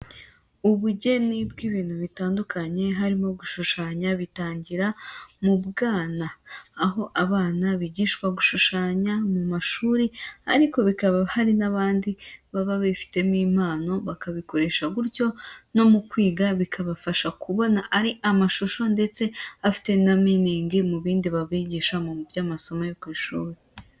Ubugeni bw'ibintu bitandukanye harimo gushushanya bitangira mu bwana, aho abana bigishwa gushushanya mu mashuri, ariko bikaba hari n'abandi baba bifitemo impano bakabikoresha gutyo, no mu kwiga bikabafasha kubona ari amashusho ndetse afite na meaning mu bindi babigisha mu by'amasomo yo ku ishuri.